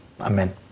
Amen